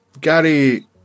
Gary